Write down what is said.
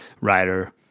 writer